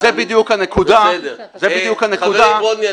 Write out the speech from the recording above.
הרי זו בדיוק הנקודה -- חברי ברודני,